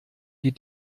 die